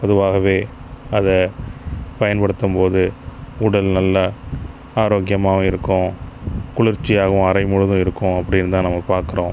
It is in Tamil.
பொதுவாகவே அதை பயன்படுத்தம்போது உடல் நல்லா ஆரோக்கியமாகவும் இருக்கும் குளிர்ச்சியாகவும் அறை முழுதும் இருக்கும் அப்படின்தான் நம்ம பாக்கிறோம்